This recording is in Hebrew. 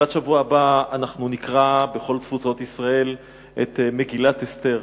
בתחילת השבוע הבא נקרא בכל תפוצות ישראל את מגילת אסתר,